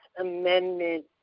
Amendment